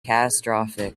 catastrophic